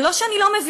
זה לא שאני לא מבינה.